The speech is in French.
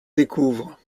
découvre